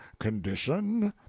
condition?